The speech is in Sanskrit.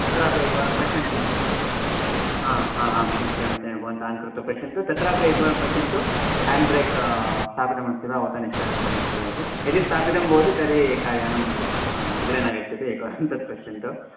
तत्रापि एकवारं पश्यन्तु आ हा आं कुञ्चिकां यच्च भवन्तः आन् कृत्वा पश्यन्तु तत्रापि एकवारं पश्यन्तु हेण्ड् ब्रेक् स्थापितमस्ति वा उत निष्कासितमस्ति वा इति यदि स्थापितं भवति तर्हि कार्यानम् अग्रे न गच्छति एकवारं तत् पश्यन्तु